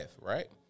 right